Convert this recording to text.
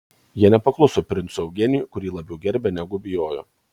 jie nepakluso princui eugenijui kurį labiau gerbė negu bijojo